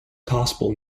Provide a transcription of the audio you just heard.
possible